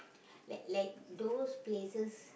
like like those places